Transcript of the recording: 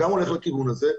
גם הולך לכיוון הזה,